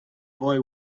boy